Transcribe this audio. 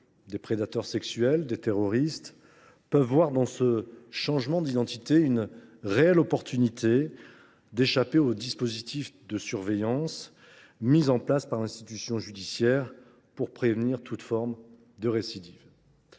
des prédateurs sexuels, des terroristes – peuvent trouver dans ce changement d’identité l’occasion d’échapper aux dispositifs de surveillance mis en place par l’institution judiciaire pour prévenir toute forme de récidive.